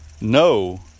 No